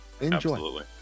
Enjoy